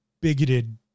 bigoted